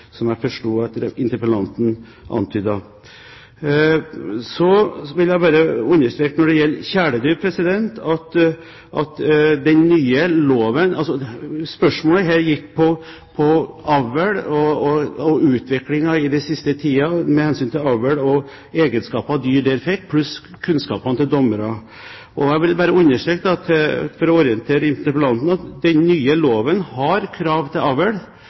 Så jeg opplever at det ikke er problematisk med grensegangen mellom Mattilsynet og politiet, som jeg forsto interpellanten antydet. Når det gjelder kjæledyr, gikk spørsmålet på avl og utviklingen i den siste tiden med hensyn til avl og de egenskaper som dyr da får, pluss kunnskapene til dommerne. Jeg vil bare understreke, for å orientere interpellanten, at den nye loven har krav til